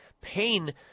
pain